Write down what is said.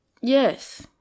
Yes